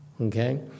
okay